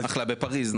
זה בפריז.